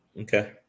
Okay